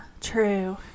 True